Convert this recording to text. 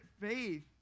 faith